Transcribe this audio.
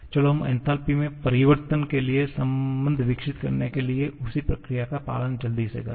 चलो हम एन्थालपी में परिवर्तन के लिए संबंध विकसित करने के लिए उसी प्रक्रिया का पालन जल्दी से करे